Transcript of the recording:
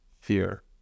fear